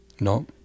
no